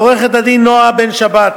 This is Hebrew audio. לעורכת-הדין נועה בן-שבת,